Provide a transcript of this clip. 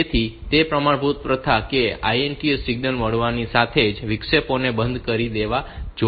તેથી તે પ્રમાણભૂત પ્રથા છે કે INTA સિગ્નલ મળતાની સાથે જ વિક્ષેપોને બંધ કરી દેવા જોઈએ